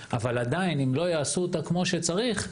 אבל עדיין אם לא יעשו אותה כמו שצריך,